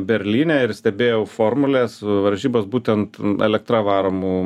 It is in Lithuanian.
berlyne ir stebėjau formulės varžybas būtent elektra varomų